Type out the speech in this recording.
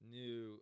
new